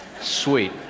Sweet